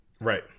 Right